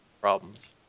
problems